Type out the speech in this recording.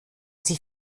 sie